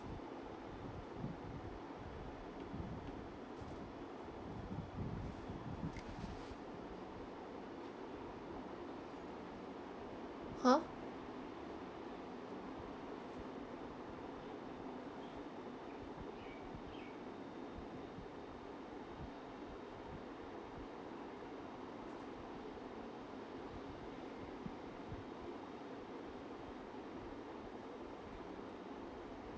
!huh!